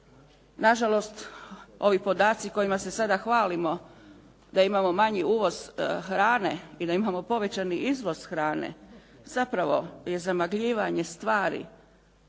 Nažalost, ovi podaci kojima se sada hvalimo da imamo manji uvoz hrane i da imamo povećani izvoz hrane zapravo je zamagljivanje stvari.